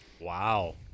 Wow